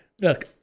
Look